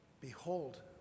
behold